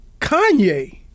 Kanye